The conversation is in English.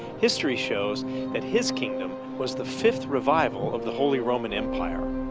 history shows that his kingdom was the fifth revival of the holy roman empire.